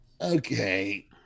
okay